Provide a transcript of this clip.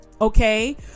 okay